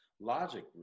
Logic